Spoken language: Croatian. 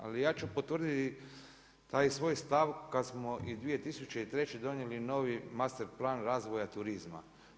Ali ja ću potvrditi taj svoj stav kad smo i 2003. donijeli novi master plan razvoja turizma.